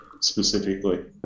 Specifically